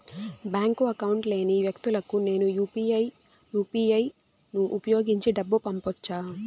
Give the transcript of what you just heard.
Bank account లేని వ్యక్తులకు నేను యు పి ఐ యు.పి.ఐ ను ఉపయోగించి డబ్బు పంపొచ్చా?